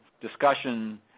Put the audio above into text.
discussion